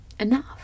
enough